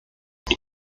wir